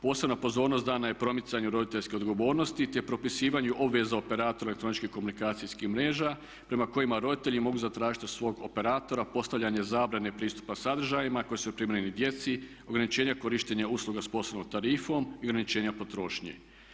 Posebna pozornost je dana promicanju roditeljske odgovornosti, te propisivanju obveza operatora elektroničkih komunikacijskih mreža prema kojima roditelji mogu zatražiti od svog operatora postavljanje zabrane pristupa sadržajima koji su neprimjereni djeci, ograničenja korištenja usluga s posebnom tarifom i ograničenja potrošnje.